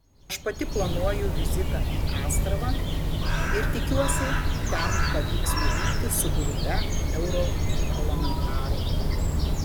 aš pati planuoju vizitą į astravą ir tikiuosi ten pavyks nuvykti su grupe europarlamentarų